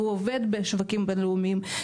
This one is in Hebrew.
והוא עובד בשווקים בינלאומיים.